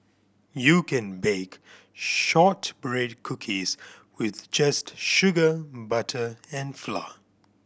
you can bake shortbread cookies with just sugar butter and flour